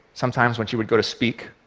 sometimes when she would go to speak,